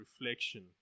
reflection